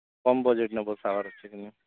କମ ବଜେଟ୍ ନେ ବସା ହବାର ଅଛି କି ନା